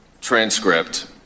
transcript